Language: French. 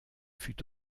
fut